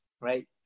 right